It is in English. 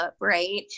right